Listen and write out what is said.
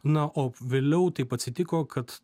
na o vėliau taip atsitiko kad